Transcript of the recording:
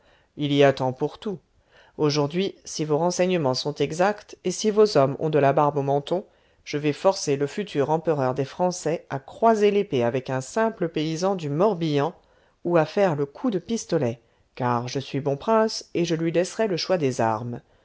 il y a temps pour tout aujourd'hui si vos renseignements sont exacts et si vos hommes ont de la barbe au menton je vais forcer le futur empereur des français à croiser l'épée avec un simple paysan du morbihan ou à faire le coup de pistolet car je suis bon prince et je lui laisserai le choix des armes